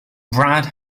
brad